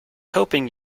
hoping